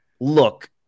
look